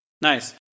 nice